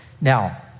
Now